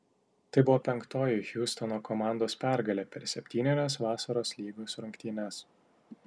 tai buvo penktoji hjustono komandos pergalė per septynerias vasaros lygos rungtynes